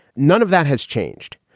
none of that has changed,